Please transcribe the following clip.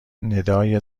ندای